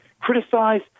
criticize